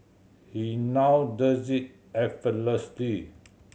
he now does it effortlessly